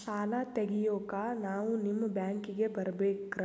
ಸಾಲ ತೆಗಿಯೋಕಾ ನಾವು ನಿಮ್ಮ ಬ್ಯಾಂಕಿಗೆ ಬರಬೇಕ್ರ